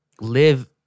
live